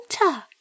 winter